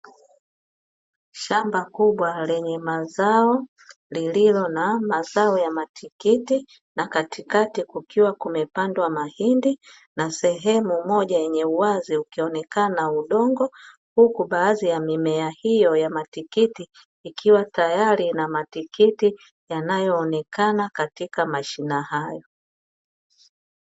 Shamba kubwa lenye mazao, lililo na mazao ya matikiti, na katikati kukiwa kumepandwa mahindi na sehemu moja yenye uwazi ukionekana udongo, huku baadhi ya mimea hiyo ya matikiti ikiwa tayari na matikiti yanayoonekana katika mashina hayo.